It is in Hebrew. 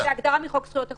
זו הגדרה מחוק זכויות החולה,